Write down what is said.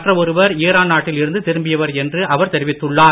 மற்ற ஒருவர் ஈரான் நாட்டில் இருந்து திரும்பியவர் என்று அவர் தெரிவித்துள்ளார்